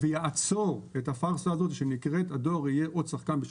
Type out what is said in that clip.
ויעצור את הפרסה הזאת שנקראת הדואר יהיה עוד שחקן.